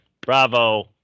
Bravo